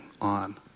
on